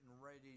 ready